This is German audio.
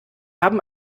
haben